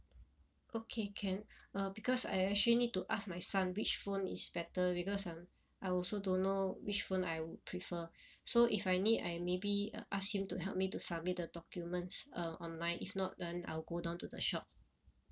okay can uh because I actually need to ask my son which phone is better because um I also don't know which phone I would prefer so if I need I maybe uh ask him to help me to submit the documents um online if not then I'll go down to the shop